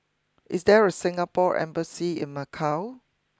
is there a Singapore embassy in Macau